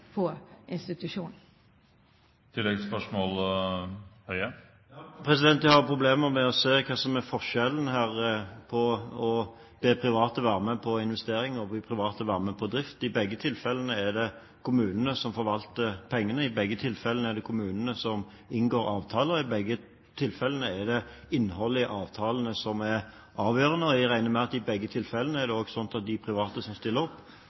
på institusjonen. Jeg har problemer med å se hva som er forskjellen her på at private er med på investeringer, og at private er med på drift. I begge tilfellene er det kommunene som forvalter pengene, i begge tilfellene er det kommunene som inngår avtaler, i begge tilfellene er det innholdet i avtalene som er avgjørende, og jeg regner med at i begge tilfellene er det også slik at de private som stiller opp,